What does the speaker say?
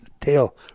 tail